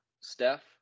Steph